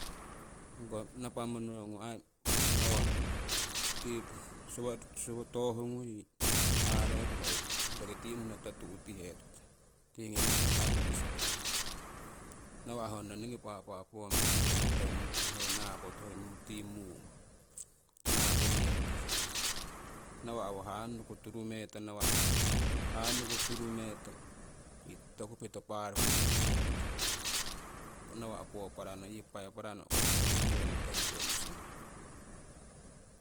Ongko napa monongu aii nawa' tii suwa toohuungu yii haarohkuh hoi roki tii nohno totu' tihetute tii ngii mahkata kisakaro. Nawa' honno ningi papa poong mitihe nutee hoii naaku, tii mungo naakumetihe nawa' owo hannuku turumeto hannuku turumeto tii toto kuupito paaruku pitihe nutong. Nawa' four parano yii fiveparano uukowah karo turu metihe nuu tee hoikite musi mang